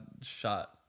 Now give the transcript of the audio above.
shot